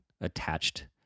attached